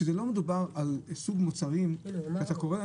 שלא מדובר על סוג מוצרים שמזמינים לשם